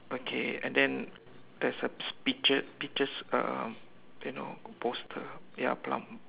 okay and then there's a pea~ peaches uh eh no poster ya plum